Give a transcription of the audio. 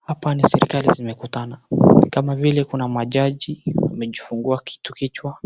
Hapa ni serikali zimekutana, kama vile kuna majaji wamejifunga kitu kwa kichwa